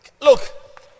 Look